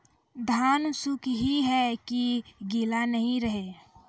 धान सुख ही है की गीला नहीं रहे?